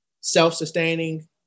self-sustaining